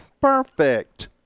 Perfect